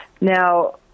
Now